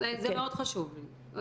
זה מאוד חשוב לי.